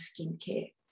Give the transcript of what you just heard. skincare